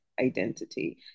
identity